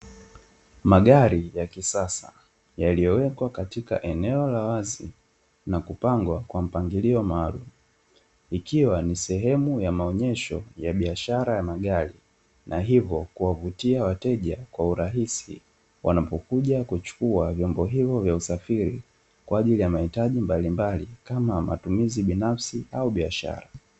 Magari ya kisasa yaliyowekwa katika eneo la wazi na kupangwa kwa mpangilio maalumu, ikiwa ni sehemu ya maonyesho ya biashara ya magari na hivyo kuwavutia wateja kwa urahisi wanapokuja kuchuka vyoombo hivyo vya usafiri kwa ajili ya mahitaji mbalimbali kwa matumizi binafsi au kwa biashara.